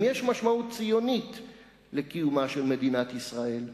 אם יש משמעות ציונית לקיומה של מדינת ישראל,